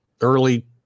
early